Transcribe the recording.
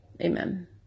amen